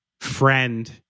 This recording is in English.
friend